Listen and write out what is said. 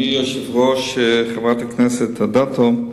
אדוני היושב-ראש, חברת הכנסת אדטו,